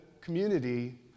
community